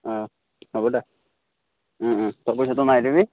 অঁ হ'ব দে তই পইচাটো মাৰি দিবি